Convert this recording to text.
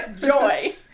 Joy